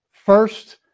first